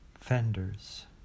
fenders